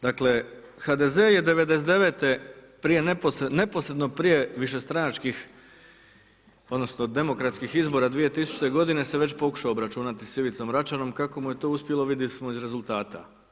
Dakle, HDZ je '99. neposredno prije višestranačkih odnosno, demokratskih izbora 2000. g se već pokušao obračunati sa Ivicom Račanom, kako mu je to uspjelo, vidjeli smo iz rezultata.